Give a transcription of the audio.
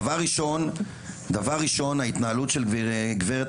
דבר ראשון, ההתנהלות של גברת